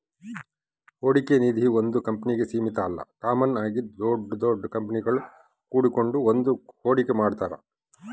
ಹೂಡಿಕೆ ನಿಧೀ ಒಂದು ಕಂಪ್ನಿಗೆ ಸೀಮಿತ ಅಲ್ಲ ಕಾಮನ್ ಆಗಿ ದೊಡ್ ದೊಡ್ ಕಂಪನಿಗುಳು ಕೂಡಿಕೆಂಡ್ ಬಂದು ಹೂಡಿಕೆ ಮಾಡ್ತಾರ